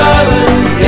island